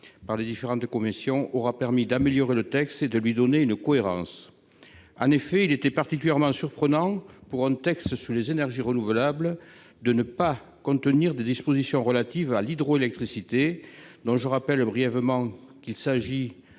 par les différentes commissions aura permis d'améliorer le texte et de lui donner une cohérence, en effet, il était particulièrement surprenant pour un texte sur les énergies renouvelables, de ne pas contenir des dispositions relatives à l'hydroélectricité, dont je rappelle brièvement qu'il s'agit